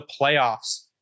playoffs